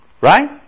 right